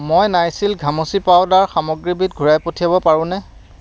মই নাইচিল ঘামচিৰ পাউদাৰ সামগ্ৰীবিধ ঘূৰাই পঠিয়াব পাৰোনে